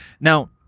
Now